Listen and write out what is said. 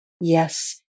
Yes